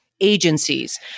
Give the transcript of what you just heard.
Agencies